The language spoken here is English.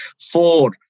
four